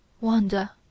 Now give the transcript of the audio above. Wanda